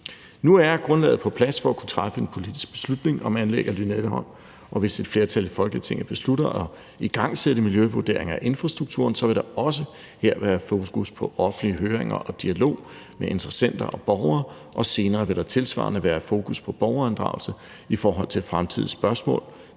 Nu er grundlaget på plads for at kunne træffe en politisk beslutning om anlæg af Lynetteholm, og hvis et flertal i Folketinget beslutter at igangsætte miljøvurderinger af infrastrukturen, vil der også her være fokus på offentlige høringer og dialog med interessenter og borgere, og senere vil der tilsvarende være fokus på borgerinddragelse i forhold til fremtidige spørgsmål.